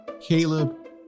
Caleb